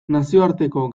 nazioarteko